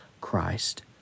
Christ